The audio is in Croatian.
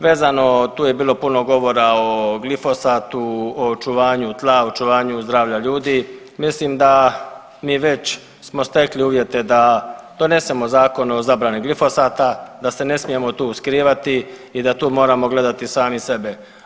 Vezano tu je bilo puno govora o glifosatu, o očuvanju tla, o očuvanju zdravlja ljudi, mislim da mi već smo stekli uvjete da donesemo zakon o zabrani glifosata, da se ne smijemo tu skrivati i da tu moramo gledati sami sebe.